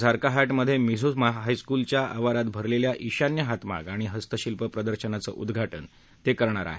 झारकाहाटमधे मिझो हायस्कूलच्या आवारात भरलेल्या ईशान्य हातमाग आणि हस्तशिल्प प्रदर्शनाचं उद्घाटन ते करतील